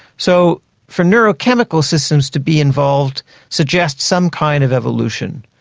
so for neurochemical systems to be involved suggests some kind of evolution.